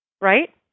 right